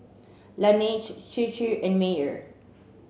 Laneige Chir Chir and Mayer